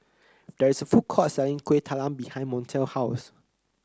there is a food court selling Kuih Talam behind Montel's house